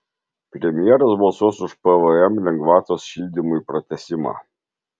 premjeras balsuos už pvm lengvatos šildymui pratęsimą